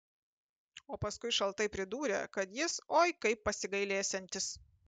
o paskui šaltai pridūrė kad jis oi kaip pasigailėsiantis